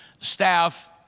staff